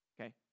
Okay